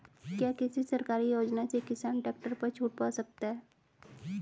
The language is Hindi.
क्या किसी सरकारी योजना से किसान ट्रैक्टर पर छूट पा सकता है?